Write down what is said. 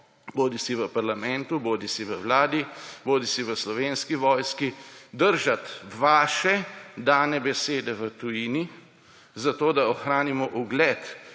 bodisi v parlamentu, bodisi v vladi, bodisi v Slovenski vojski držati vaše dane besede v tujini, zato da ohranimo ugled